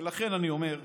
ולכן אני אומר: